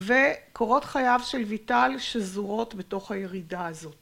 וקורות חייו של ויטל שזורות בתוך הירידה הזאת.